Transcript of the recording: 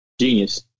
genius